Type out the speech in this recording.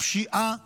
הפשיעה גואה,